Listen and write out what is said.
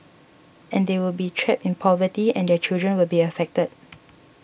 and they will be trapped in poverty and their children will be affected